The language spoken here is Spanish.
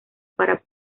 para